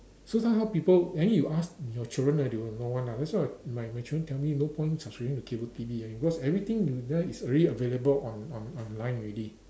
so now how people Annie you ask your children ah they will know one ah that's why my my children tell me no point subscribing to cable T_V cause everything you want is available on on online already